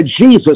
Jesus